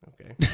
Okay